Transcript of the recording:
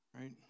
right